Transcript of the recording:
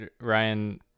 ryan